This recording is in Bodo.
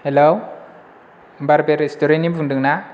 हेल' बार्बि रेसथुरेन्थनि बुंदों ना